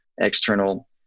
external